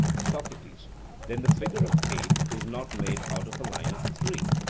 socrates then the figure of eight is not made out of a line of three?